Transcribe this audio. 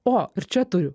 o ir čia turiu